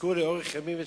יזכו לאורך ימים ושנים.